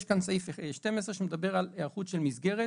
יש כאן סעיף 12, שמדבר על היערכות של מסגרת